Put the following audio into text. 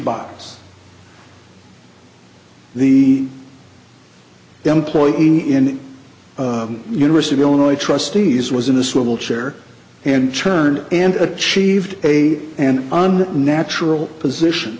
box the employee in university of illinois trustees was in the swivel chair and turned and achieved a and on natural position